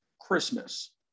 Christmas